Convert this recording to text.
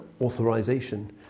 authorization